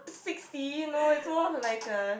sixty no it's more to like a